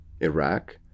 Iraq